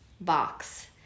box